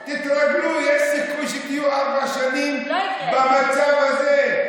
תתרגלו, יש סיכוי שתהיו ארבע שנים במצב הזה.